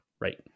Right